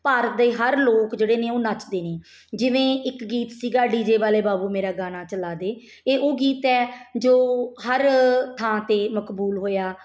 ਭਾਰਤ ਦੇ ਹਰ ਲੋਕ ਜਿਹੜੇ ਨੇ ਉਹ ਨੱਚਦੇ ਨੇ ਜਿਵੇਂ ਇੱਕ ਗੀਤ ਸੀਗਾ ਡੀਜੇ ਵਾਲੇ ਬਾਬੂ ਮੇਰਾ ਗਾਣਾ ਚਲਾ ਦੇ ਇਹ ਉਹ ਗੀਤ ਹੈ ਜੋ ਹਰ ਥਾਂ 'ਤੇ ਮਕਬੂਲ ਹੋਇਆ